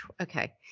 Okay